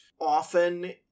often